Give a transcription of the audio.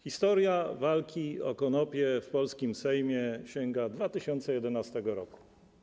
Historia walki o konopie w polskim Sejmie sięga 2011 r.